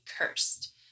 cursed